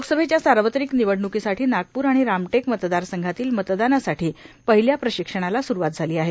लोकसभेच्या सार्वत्रिक निवडण्कीसाठी नागपूर आणि रामटेक मतदारसंघातील मतदानासाठी पहिल्या प्रशिक्षणाला स्रुवात झाली आहे